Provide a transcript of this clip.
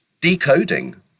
decoding